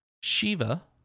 Shiva